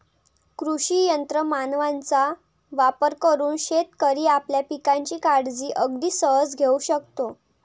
कृषी यंत्र मानवांचा वापर करून शेतकरी आपल्या पिकांची काळजी अगदी सहज घेऊ शकतो